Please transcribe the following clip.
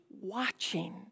watching